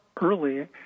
early